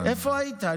איפה היית?